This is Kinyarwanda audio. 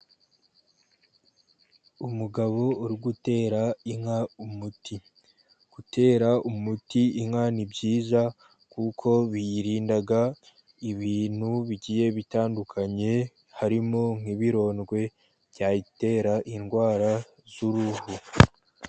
Umugabo uri gutera inka umuti. Gutera umuti inka ni byiza kuko biyirinda ibintu bigiye bitandukanye, harimo nk'ibirondwe byayitera indwara z'uruhu.